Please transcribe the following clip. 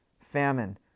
famine